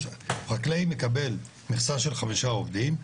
חקלאי מקבל מכסה של חמישה עובדים,